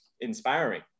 inspiring